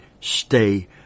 stay